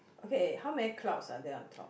okay how many clouds are there on top